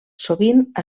sovint